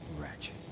Ratchet